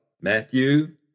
Matthew